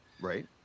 Right